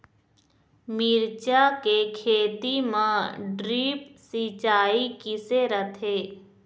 मिरचा के खेती म ड्रिप सिचाई किसे रथे?